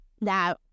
Now